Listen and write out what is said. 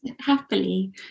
Happily